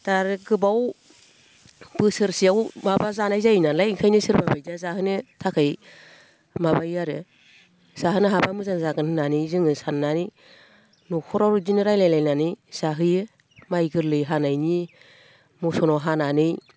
दा आरो गोबाव बोसोरसेयाव माबा जानाय जायो नालाय ओंखायनो सोरबा बायदिया जाहोनो थाखाय माबायो आरो जाहोनो हाबा मोजां जागोन होननानै जोङो साननानै न'खराव इदिनो रायज्लायनानै जाहोयो माइ गोरलै हानायनि मसनाव हानानै